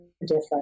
different